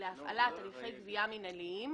להפעלת הליכי גבייה מנהליים